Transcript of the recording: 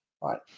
right